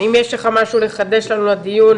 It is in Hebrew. אם יש לך משהו לחדש לנו לדיון,